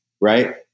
right